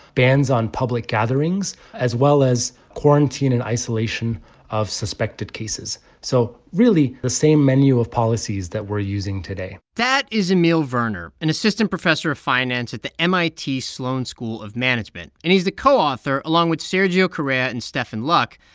bans on public gatherings, as well as quarantine and isolation of suspected cases so really, the same menu of policies that we're using today that is emil verner, an assistant professor of finance at the mit sloan school of management. and he's the co-author, along with sergio correia and stephan luck,